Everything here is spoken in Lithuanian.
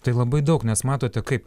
tai labai daug nes matote kaip